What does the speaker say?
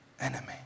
enemy